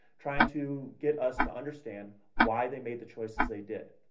trying to get us to understand why they made the choices they did.